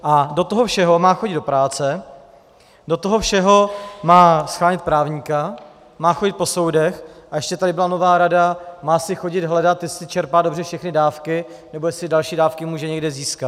A do toho všeho má chodit do práce, do toho všeho má shánět právníka, má chodit po soudech, a ještě tady byla nová rada, má si chodit hledat, jestli čerpá dobře všechny dávky, nebo jestli další dávky může někde získat.